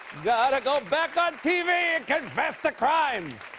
gotta go back on tv and confess to crimes!